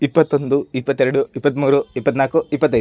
ಇಪ್ಪತ್ತೊಂದು ಇಪ್ಪತ್ತೆರಡು ಇಪ್ಪತ್ತ್ಮೂರು ಇಪ್ಪತ್ತ್ನಾಲ್ಕು ಇಪ್ಪತ್ತೈದು